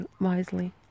wisely